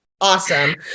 Awesome